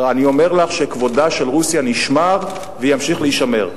אני אומר לך שכבודה של רוסיה נשמר וימשיך להישמר.